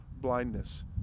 blindness